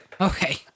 Okay